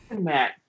matt